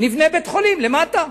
נבנה בית-חולים למטה.